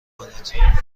کنید